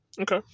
okay